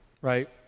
right